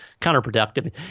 counterproductive